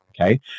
okay